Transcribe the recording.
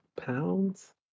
pounds